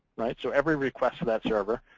so every request to that server